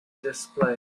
display